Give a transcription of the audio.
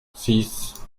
six